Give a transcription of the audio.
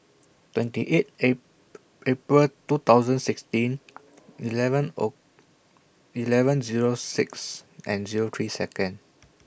twenty eight Apr April two thousand sixteen eleven O eleven Zero six and Zero three Seconds